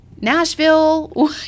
Nashville